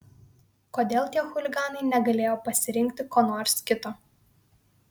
kodėl tie chuliganai negalėjo pasirinkti ko nors kito